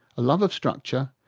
a love of structure,